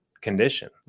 condition